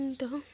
ᱤᱧᱫᱚ